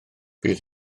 bydd